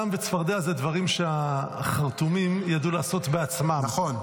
דם וצפרדע זה דברים שהחרטומים ידעו לעשות בעצמם -- נכון.